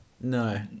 No